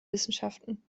wissenschaften